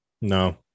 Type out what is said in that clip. No